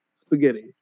spaghetti